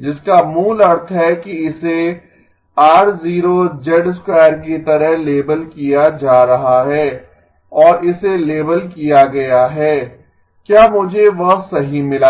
जिसका मूल अर्थ है कि इसे R0 की तरह लेबल किया जा रहा है और इसे लेबल किया गया है क्या मुझे वह सही मिला था